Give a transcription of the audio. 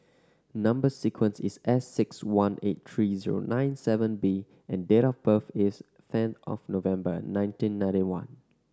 number sequence is S six one eight three zero nine seven B and date of birth is ten of November nineteen ninety one